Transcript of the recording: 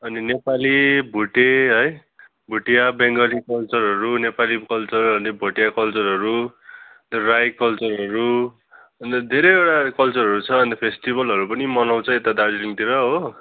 अनि नेपाली भोटे है भुटिया बङ्गाली कल्चरहरू नेपाली कल्चर अनि भुटिया कल्चरहरू राई कल्चरहरू अन्त धेरैवटा कल्चहरू छ अन्त फेस्टिभलहरू पनि मनाउँछ यता दार्जिलिङतिर हो